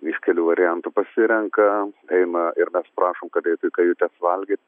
iš kelių variantų pasirenka eina ir mes prašom kad eitų į kajutes valgyt